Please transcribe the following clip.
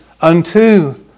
unto